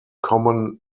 common